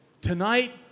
tonight